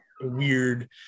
weird